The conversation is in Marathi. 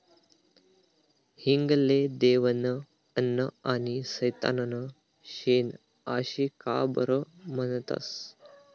हिंग ले देवनं अन्न आनी सैताननं शेन आशे का बरं म्हनतंस?